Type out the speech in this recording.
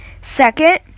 Second